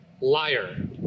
liar